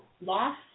loss